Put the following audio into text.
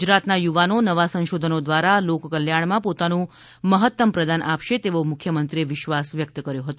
ગુજરાતના યુવાનો નવા સંશોધનો દ્વારા લોક કલ્યાણમાં પોતાનું મહત્તમ પ્રદાન આપશે તેવો મુખ્યમંત્રીશ્રીએ વિશ્વાસ વ્યક્ત કર્યો હતો